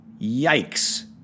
Yikes